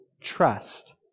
trust